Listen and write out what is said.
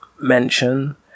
mention